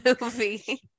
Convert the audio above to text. movie